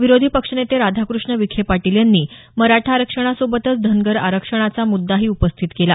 विरोधी पक्षनेते राधाकृष्ण विखेपाटील यांनी मराठा आरक्षणासोबतच धनगर आरक्षणाचा मुद्दाही उपस्थित केला